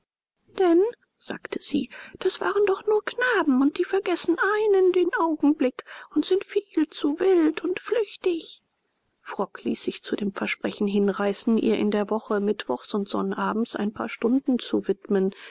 denn sagte sie das waren doch nur knaben und die vergessen einen den augenblick und sind viel zu wild und flüchtig frock ließ sich zu dem versprechen hinreißen ihr in der woche mittwochs und sonnabends ein paar stunden zu widmen